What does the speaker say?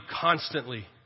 constantly